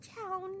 town